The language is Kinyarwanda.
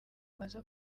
baza